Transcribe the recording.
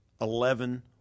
eleven